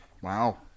Wow